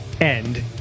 end